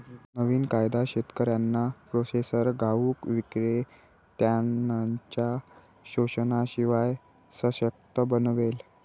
नवीन कायदा शेतकऱ्यांना प्रोसेसर घाऊक विक्रेत्त्यांनच्या शोषणाशिवाय सशक्त बनवेल